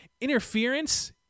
interference